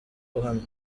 guhamya